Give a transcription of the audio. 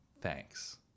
Thanks